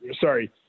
sorry